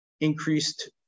increased